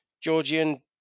Georgian